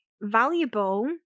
valuable